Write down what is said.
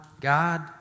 God